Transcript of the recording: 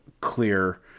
clear